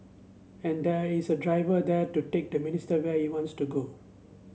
and there is a driver there to take the minister where he wants to go